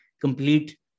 complete